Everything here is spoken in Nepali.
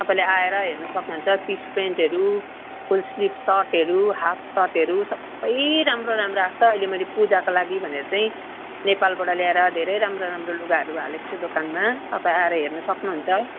तपाईँले आएर हेर्नु सक्नुहुन्छ पिस पेन्टहरू फुल स्लिभ सर्टहरू हाफ सर्टहरू सबै राम्रो राम्रो आएको छ अहिले मैले पूजाको लागि भनेर चाहिँ नेपालबाट ल्याएर धेरै राम्रो राम्रो लुगाहरू हालेको छु दोकानमा तपाईँ आएर हेर्नु सक्नुहुन्छ